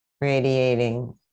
radiating